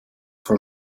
for